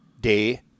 day